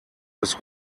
des